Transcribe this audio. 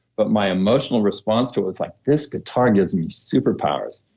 but my emotional response to it was like, this guitar gives me superpowers,